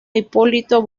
hipólito